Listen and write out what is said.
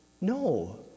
No